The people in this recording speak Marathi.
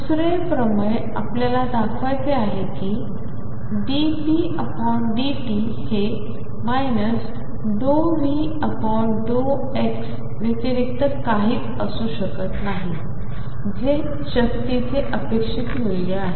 दुसरे प्रमेय आपल्याला दाखवायचे आहे की ddt⟨p⟩ हे ⟨ ∂V∂x व्यतिरिक्त काहीच नाही जे शक्तीचे अपेक्षित मूल्य आहे